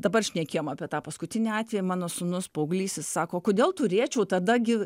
dabar šnekėjom apie tą paskutinį atvejį mano sūnus paauglys jis sako kodėl turėčiau tada gi